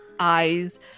Eyes